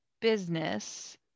business